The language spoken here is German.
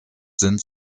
sind